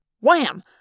Wham